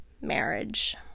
marriage